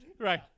right